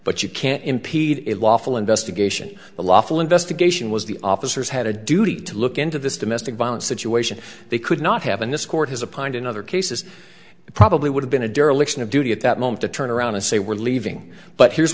but you can't impede it lawful investigation the lawful investigation was the officers had a duty to look into this domestic violence situation they could not have and this court has a pond in other cases probably would have been a dereliction of duty at that moment to turn around and say we're leaving but here's